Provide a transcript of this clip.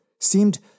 seemed